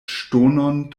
ŝtonon